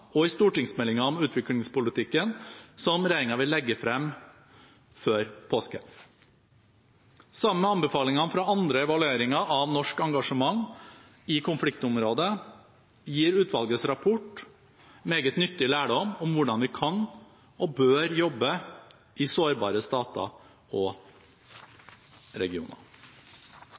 og i stortingsmeldingen om utviklingspolitikken som regjeringen vil legge frem før påske. Sammen med anbefalinger fra andre evalueringer av norsk engasjement i konfliktområder gir utvalgets rapport meget nyttig lærdom om hvordan vi kan og bør jobbe i sårbare stater og regioner.